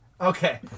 Okay